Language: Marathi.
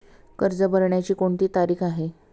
कर्ज भरण्याची कोणती तारीख आहे?